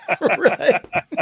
right